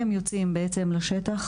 הם יוצאים לשטח,